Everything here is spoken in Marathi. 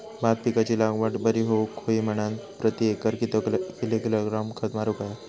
भात पिकाची लागवड बरी होऊक होई म्हणान प्रति एकर किती किलोग्रॅम खत मारुक होया?